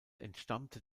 entstammte